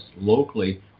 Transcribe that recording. locally